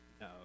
No